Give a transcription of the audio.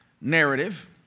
narrative